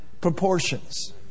proportions